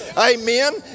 Amen